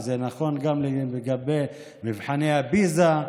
זה נכון גם לגבי מבחני פיז"ה,